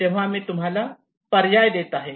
तेव्हा मी तुम्हाला पर्याय देत आहे